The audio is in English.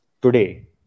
today